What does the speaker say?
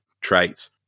traits